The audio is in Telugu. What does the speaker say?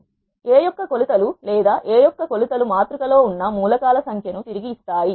A యొక్క కొలతలు లేదాA యొక్క కొలతలు మాతృక లో ఉన్న మూల కాల సంఖ్య ను తిరిగి ఇస్తాయి